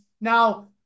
now